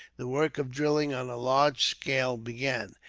the work of drilling on a large scale began.